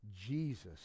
Jesus